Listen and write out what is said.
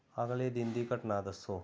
ਅਗਲੇ ਦਿਨ ਦੀ ਘਟਨਾ ਦੱਸੋ